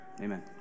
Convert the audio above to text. Amen